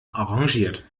arrangiert